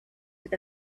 with